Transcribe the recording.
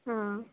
ಹಾಂ